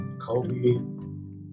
Kobe